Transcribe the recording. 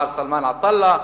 מר סלמאן עטאללה,